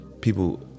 people